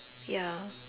ya